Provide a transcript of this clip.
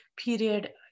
period